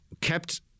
kept